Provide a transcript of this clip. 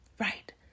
Right